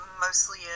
mostly